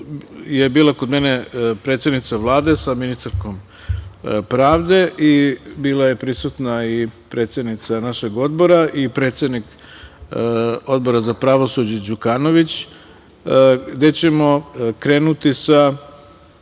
je bila kod mene predsednica Vlade sa ministarkom pravde i bila je prisutna i predsednica našeg odbora i predsednik Odbora za pravosuđe, Vladimir Đukanović.